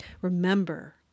Remember